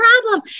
problem